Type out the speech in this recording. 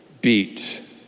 beat